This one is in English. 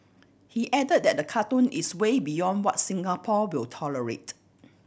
he add that the cartoon is way beyond what Singapore will tolerate